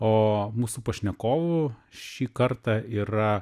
o mūsų pašnekovu šį kartą yra